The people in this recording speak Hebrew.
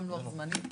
גם לוח זמנים,